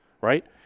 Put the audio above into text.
right